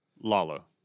Lalo